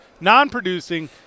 non-producing